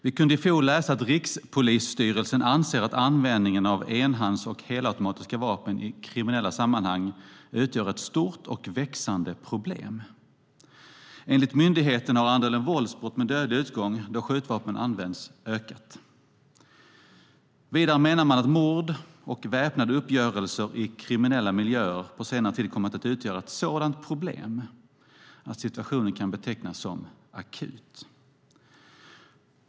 Vi kunde i fjol läsa att Rikspolisstyrelsen anser att användningen av enhandsvapen och helautomatiska vapen i kriminella sammanhang utgör ett stort och växande problem. Enligt myndigheten har andelen våldsbrott med dödlig utgång då skjutvapen använts ökat. Vidare menar man att mord och väpnade uppgörelser i kriminella miljöer på senare tid kommit att utgöra ett sådant problem att situationen kan betecknas som akut.